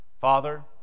Father